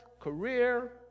career